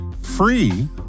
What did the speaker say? free